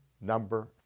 number